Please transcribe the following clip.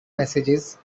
messages